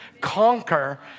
conquer